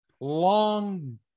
long